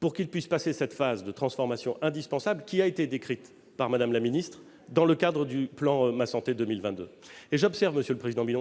pour qu'il puisse passer cette phase de transformations indispensables, qui a été décrite par Mme la ministre dans le cadre du plan « Ma santé 2022 ». J'observe-